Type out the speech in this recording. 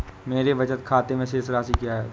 मेरे बचत खाते में शेष राशि क्या है?